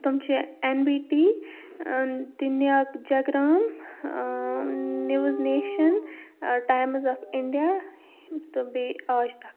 تِم چھِ اؠن بی ٹِی دِنیاک Jagran news nation times of India تہٕ بیٚیہِ آج تَک